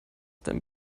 dem